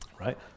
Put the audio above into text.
Right